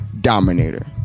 dominator